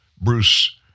Bruce